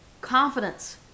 Confidence